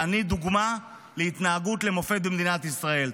אני דוגמה להתנהגות למופת במדינת ישראל.